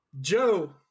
Joe